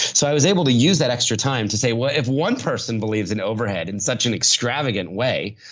so, i was able to use that extra time to say, what if one person believes in overhead in such an extravagant way,